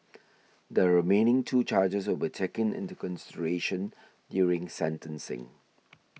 the remaining two charges will be taken into consideration during sentencing